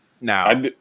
Now